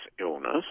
illness